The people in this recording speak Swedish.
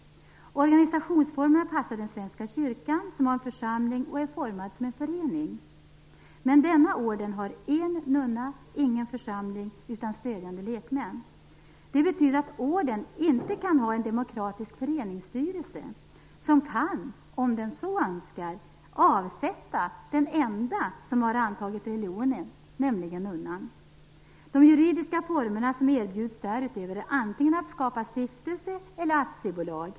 Organisationsformerna passar den svenska kyrkan, som har en församling och är formad som en förening, men denna orden har en nunna, ingen församling, utan stödjande lekmän. Det betyder att orden inte kan ha en demokratisk föreningsstyrelse, som kan, om den så önskar, avsätta den enda som har antagit religionen, nämligen nunnan. De juridiska formerna som erbjuds därutöver är antingen att skapa stiftelse eller aktiebolag.